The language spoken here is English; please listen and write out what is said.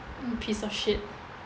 piece of shit